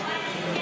ההסתייגויות